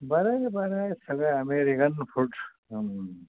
बरं आहे बरं आहे सगळं अमेरिकन फूड्स